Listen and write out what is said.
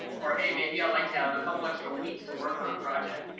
or hey, maybe i'd like to have a couple extra weeks to work on a project.